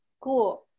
cool